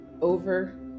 over